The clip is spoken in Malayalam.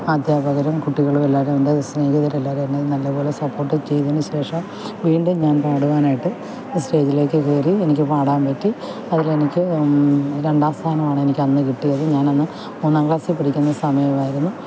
അദ്ധ്യാപകരും കുട്ടികളും എല്ലാവരും എന്റെ സ്നേഹിതരെല്ലാവരും എന്നെ നല്ലത് പോലെ സപ്പോര്ട്ട് ചെയ്തതിന് ശേഷം വീണ്ടും ഞാന് പാടുവാനായിട്ട് സ്റ്റേജിലേക്ക് കയറി എനിക്ക് പാടാന് പറ്റി അതിലെനിക്ക് രണ്ടാം സ്ഥാനവാണെനിക്കന്ന് കിട്ടിയത് ഞാനന്ന് മൂന്നാം ക്ലാസ്സില് പഠിക്കുന്ന സമയവായിരുന്നു